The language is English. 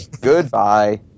Goodbye